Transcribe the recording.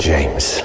James